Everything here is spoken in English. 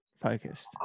focused